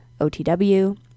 OTW